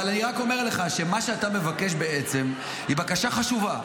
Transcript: אבל אני רק אומר לך שמה שאתה מבקש בעצם הוא בקשה חשובה.